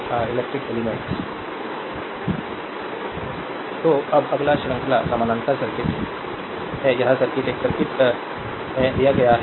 slide time देखें 1605 तो अब अगला श्रृंखला समानांतर सर्किट है यह सर्किट एक सर्किट है दिया गया है